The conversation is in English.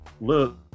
look